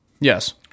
Yes